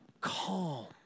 calm